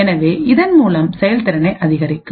எனவே இதன் மூலம் செயல்திறனை அதிகரிக்கும்